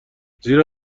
زیرا